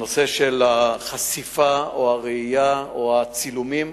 נושא החשיפה או הראייה או הצילומים